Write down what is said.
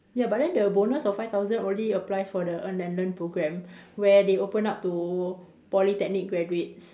ya but then the bonus of five thousand already applied for the earn and learn program where they open up to Polytechnic graduates